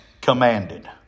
commanded